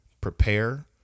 prepare